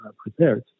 prepared